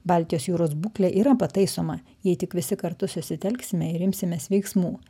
baltijos jūros būklė yra pataisoma jei tik visi kartu susitelksime ir imsimės veiksmų